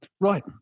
Right